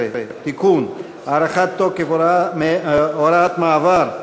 19) (תיקון) (הארכת תוקף הוראת מעבר),